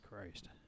Christ